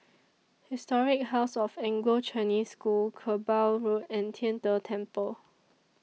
Historic House of Anglo Chinese School Kerbau Road and Tian De Temple